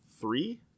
three